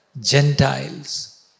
Gentiles